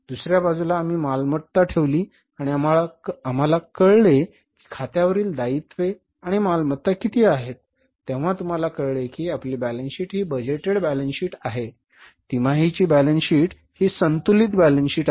दुसर्या बाजूला आम्ही मालमत्ता ठेवली आणि आम्हाला कळले की खात्यावरील दायित्वे आणि मालमत्ता किती आहेत तेव्हा आम्हाला कळले की आपली बॅलन्स शीट ही बजेटेड बॅलन्स शीट आहे तिमाहीची बॅलन्स शीट हि संतुलित बॅलन्स शीट आहे